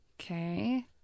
Okay